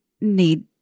need